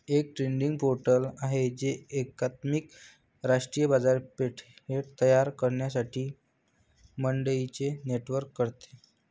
एक trading portal आहे जे एकात्मिक राष्ट्रीय बाजारपेठ तयार करण्यासाठी मंडईंचे नेटवर्क करते